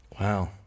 Wow